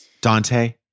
Dante